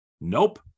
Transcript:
Nope